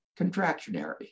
contractionary